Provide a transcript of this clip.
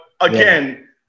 again